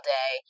day